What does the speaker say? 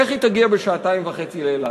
איך היא תגיע בשעתיים וחצי לאילת?